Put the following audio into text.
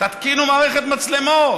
תתקינו מערכת מצלמות